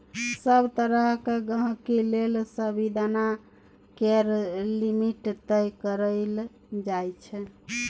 सभ तरहक गहिंकी लेल सबदिना केर लिमिट तय कएल जाइ छै